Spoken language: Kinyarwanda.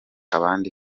abandi